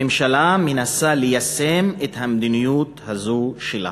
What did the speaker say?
הממשלה מנסה ליישם את המדיניות הזו שלה.